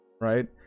right